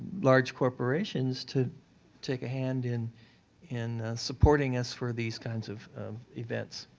large corporations to take a hand in in supporting us for these kinds of events.